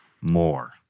more